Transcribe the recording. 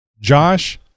Josh